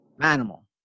Animal